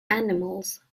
animals